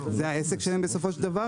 זה העסק שלהם בסופו של דבר,